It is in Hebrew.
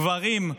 גברים,